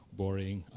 boring